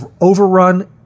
overrun